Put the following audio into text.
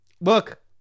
look